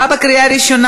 חבר הכנסת אורן אסף חזן.